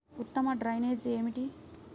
ఉత్తమ డ్రైనేజ్ ఏమిటి?